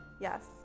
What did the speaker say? Yes